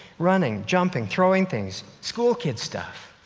running, jumping, throwing things, school kids stuff.